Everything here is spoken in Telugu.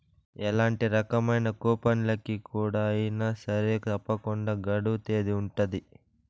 ఎలాంటి రకమైన కూపన్లకి అయినా సరే తప్పకుండా గడువు తేదీ ఉంటది